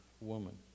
woman